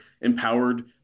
empowered